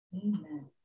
Amen